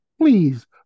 Please